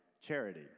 charity